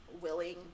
willing